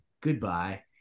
Goodbye